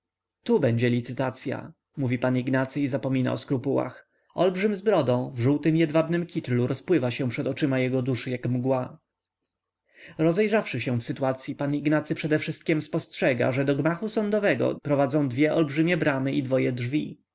tu będzie licytacya mówi pan ignacy i zapomina o skrupułach olbrzym z brodą w żółtym jedwabnym kitlu rozpływa się przed oczyma jego duszy jak mgła rozejrzawszy się w sytuacyi pan ignacy przedewszystkiem spostrzega że do gmachu sądowego prowadzą dwie olbrzymie bramy i dwoje drzwi